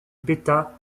beta